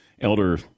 Elder